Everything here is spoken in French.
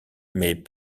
mes